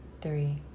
three